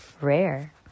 rare